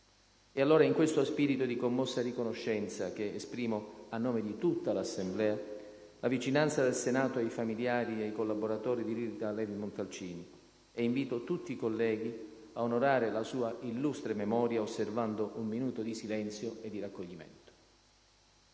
È allora in questo spirito di commossa riconoscenza che esprimo, a nome di tutta l'Assemblea, la vicinanza del Senato ai familiari e ai collaboratori di Rita Levi-Montalcini e invito tutti i colleghi a onorare la sua illustre memoria osservando un minuto di silenzio e di raccoglimento.